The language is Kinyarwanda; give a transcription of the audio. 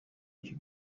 icyo